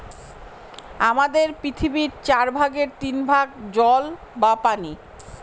আমাদের পৃথিবীর চার ভাগের তিন ভাগ হল জল বা পানি